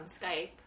Skype